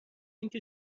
اینکه